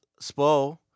Spo